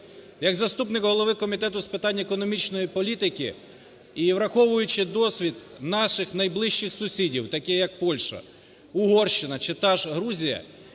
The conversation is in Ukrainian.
Як заступник голови Комітету з питань економічної політики і враховуючи досвід наших найближчих сусідів, таких як Польща, Угорщина чи та ж Грузія,